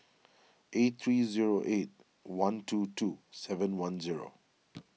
eight three zero eight one two two seven one zero